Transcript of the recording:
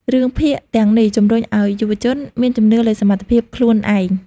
រឿងភាគ ទាំងនេះជំរុញឱ្យយុវជនមានជំនឿលើសមត្ថភាពខ្លួនឯង។